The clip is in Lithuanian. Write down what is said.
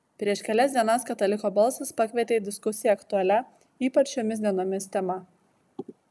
prieš kelias dienas kataliko balsas pakvietė į diskusiją aktualia ypač šiomis dienomis tema